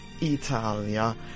Italia